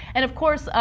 and of course,